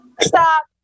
Stop